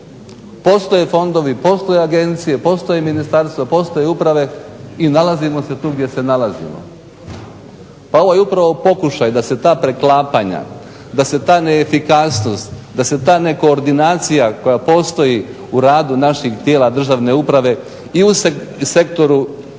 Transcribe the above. postoje fondovi, postoje agencije, postoje ministarstva, postoje uprave i nalazimo se tu gdje se nalazimo. Pa ovo je upravo pokušaj da se ta preklapanja, da se ta neefikasnost, da se ta nekoordinacija koja postoji u radu naših tijela državne uprave i u sektoru